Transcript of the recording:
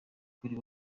kuri